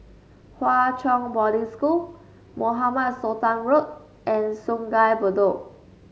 Hwa Chong Boarding School Mohamed Sultan Road and Sungei Bedok